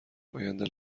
آینده